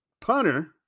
punter